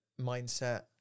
mindset